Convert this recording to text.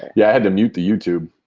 yeah, i had to mute the youtube.